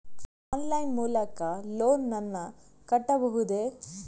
Online line ಮೂಲಕ loan ನನ್ನ ಕಟ್ಟಬಹುದೇ?